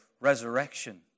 resurrection